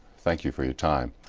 thank you for your time.